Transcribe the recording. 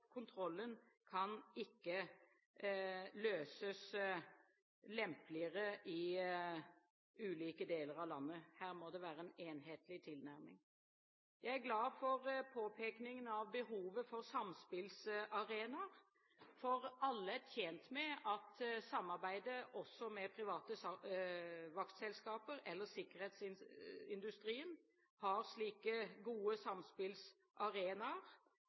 Kontrollen kan ikke løses lempeligere i ulike deler av landet. Her må det være en enhetlig tilnærming. Jeg er glad for påpekningen av behovet for samspillsarenaer, for alle er tjent med at samarbeidet også med private vaktselskaper eller sikkerhetsindustrien har slike gode samspillsarenaer,